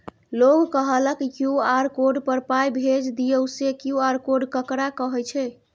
लोग कहलक QR code पर पाय भेज दियौ से क्यू.आर कोड ककरा कहै छै?